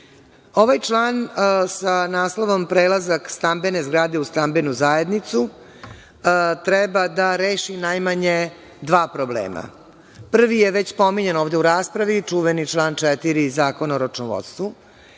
Ovaj član sa naslovom – prelazak stambene zgrade u stambenu zajednicu treba da reši najmanje dva problema. Prvi je već pominjan ovde u raspravi, čuveni član 4. Zakona o računovodstvu,